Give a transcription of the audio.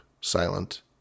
silent